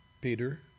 Peter